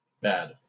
Bad